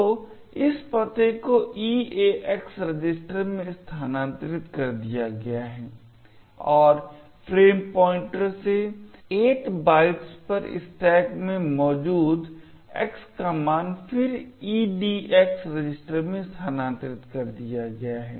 तो इस पते को EAX रजिस्टर में स्थानांतरित कर दिया गया है और फ्रेम पॉइंटर से 8 बाइट्स पर स्टैक में मौजूद X का मान फिर EDX रजिस्टर में स्थानांतरित कर दिया गया है